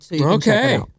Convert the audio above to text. Okay